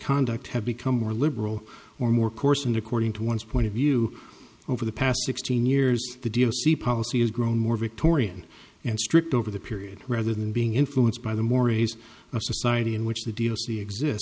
conduct have become more liberal or more coarse and according to one's point of view over the past sixteen years the d l c policy has grown more victorian and stripped over the period rather than being influenced by the mores of society in which the deal